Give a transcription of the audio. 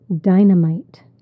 Dynamite